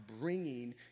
bringing